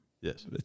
Yes